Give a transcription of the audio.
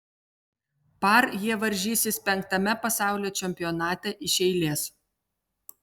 par jie varžysis penktame pasaulio čempionate iš eilės